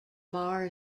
bar